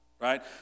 Right